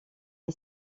est